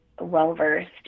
well-versed